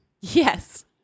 Yes